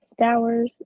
Stowers